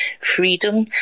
freedom